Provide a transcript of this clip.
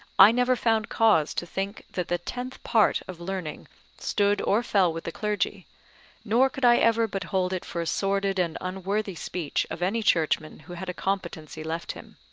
i never found cause to think that the tenth part of learning stood or fell with the clergy nor could i ever but hold it for a sordid and unworthy speech of any churchman who had a competency left him.